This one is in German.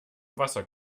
wasser